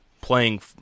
playing